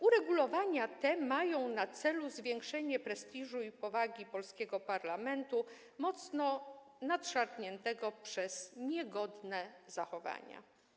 Uregulowania te mają na celu zwiększenie prestiżu i powagi polskiego parlamentu, mocno nadszarpniętych przez niegodne zachowania.